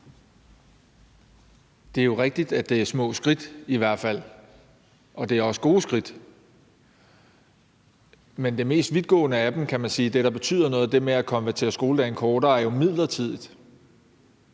Det er jo rigtigt, at det er små skridt i hvert fald, og det er også gode skridt. Men det mest vidtgående, kan man sige, af dem – det, der betyder noget, altså det med at konvertere, så skoledagen bliver kortere – er jo midlertidigt.